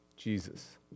Jesus